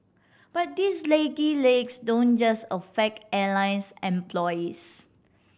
but these lengthy legs don't just affect airlines employees